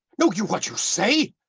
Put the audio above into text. know you what you say?